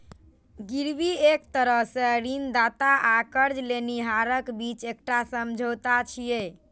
गिरवी एक तरह सं ऋणदाता आ कर्ज लेनिहारक बीच एकटा समझौता छियै